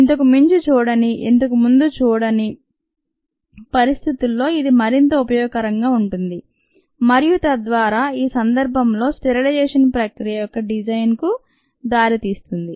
ఇంతకు ముందు చూడని ఇంతకు ముందు చూడని పరిస్థితుల్లో ఇది మరింత ఉపయోగకరంగా ఉంటుంది మరియు తద్వారా ఈ సందర్భంలో స్టెరిలైజేషన్ చేసే ప్రక్రియల యొక్క డిజైన్ కు దారితీస్తుంది